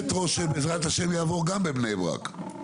שבעזרת השם יעבור גם בבני ברק.